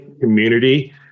community